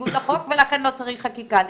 בניגוד לחוק ולכן לא צריך חקיקה לזה.